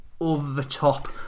over-the-top